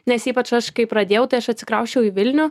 nes ypač aš kai pradėjau tai aš atsikrausčiau į vilnių